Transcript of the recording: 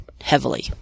heavily